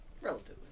Relatively